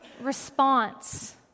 response